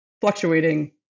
fluctuating